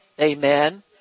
Amen